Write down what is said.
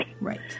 Right